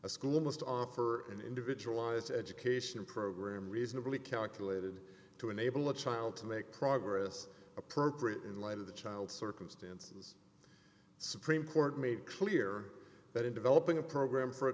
a school must offer an individualized education program reasonably calculated to enable a child to make progress appropriate in light of the child's circumstances supreme court made clear that in developing a program for a